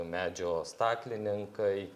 medžio staklininkai